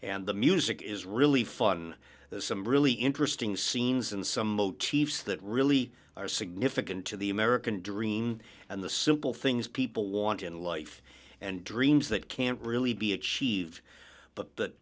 and the music is really fun there's some really interesting scenes and some motifs that really are significant to the american dream and the simple things people want in life and dreams that can't really be achieved but